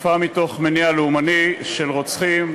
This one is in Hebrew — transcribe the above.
חטיפה מתוך מניע לאומני של רוצחים,